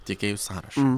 tiekėjų sąrašą